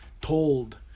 told